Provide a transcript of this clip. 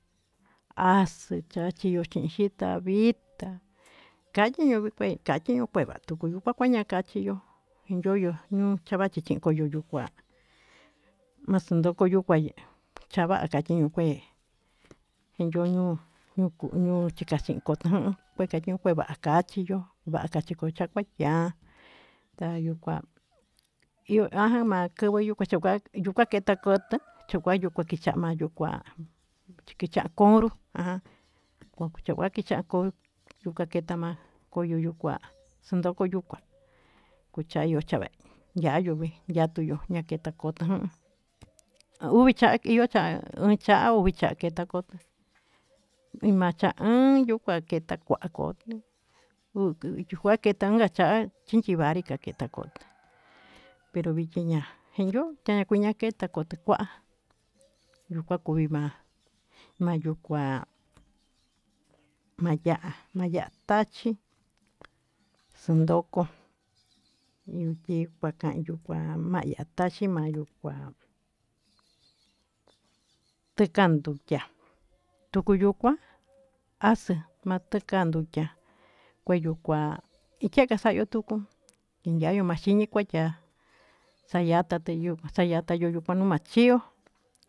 Haxe yo'o xande chintita vita kañii yo'ó kué kañii yo'o kué kuña'a kañaña kaxhii yo'ó, inyoyo ñuu chavache chingo yuu kuá maxandoko yuyu kuá chava'a kañon kué inyoñuu ñuu chika'a xhin kota'á ñuu kueyi kueva'a kachí yo'ó vaka kachí yuu kua chiá tayió kuá iho ama'a tenguo yuu kuachiva kuyuká, keta kota chú kuayuu kecha mayuu kuá chikicha coro ha kochi kuachika ko'o yuu chaketa ma'a koyo yuu kuá xandoko yuu kuá, kuu chayió chavee yayuvii yayu kué ñaketa koto o'on, ha ucha iho chá ucha uvita ketá kota imachain yuu ta'a keta kuá ko'o nuu kua ketanka achan chinki vanri keta ko'ó pero viki ña'a njiño'o yanuu naketa kotá kua nuu ka kui ma'a, ma'a yuu kuá maya'á yatachí xonyoko yuyi kuachanduka ha maya'a taxhi mayuu kuá tekan ndukiá tukuu yuu kuá hace manteca ndukiá, kué yuu kuá ike'e kaxayu tuku iayayu manxini taya'a tayata teyuu tayata teyuu xa'a yatá yuyu maxhió.